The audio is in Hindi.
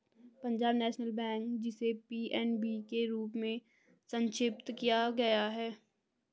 पंजाब नेशनल बैंक, जिसे पी.एन.बी के रूप में संक्षिप्त किया गया है